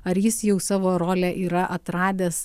ar jis jau savo rolę yra atradęs